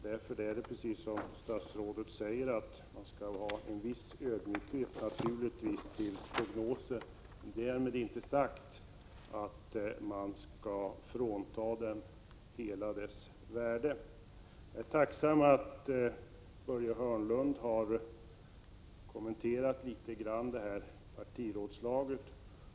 Därför skall man naturligtvis, precis som statsrådet säger, visa en viss ödmjukhet inför prognoser — därmed inte sagt att man helt skall frånkänna dem värde. Jag är tacksam att Börje Hörnlund litet grand har kommenterat partirådslaget.